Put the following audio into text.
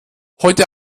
heute